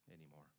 anymore